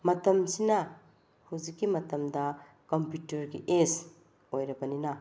ꯃꯇꯝꯁꯤꯅ ꯍꯧꯖꯤꯛꯀꯤ ꯃꯇꯝꯗ ꯀꯝꯄ꯭ꯌꯨꯇ꯭ꯔꯒꯤ ꯑꯦꯖ ꯑꯣꯏꯔꯕꯅꯤꯅ